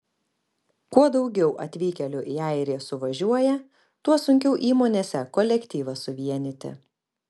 kuo daugiau atvykėlių į airiją suvažiuoja tuo sunkiau įmonėse kolektyvą suvienyti